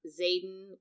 Zayden